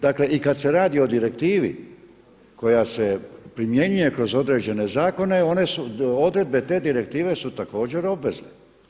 Dakle i kada se radi o direktivi koja se primjenjuje kroz određene zakone, odredbe te direktive su također obvezne.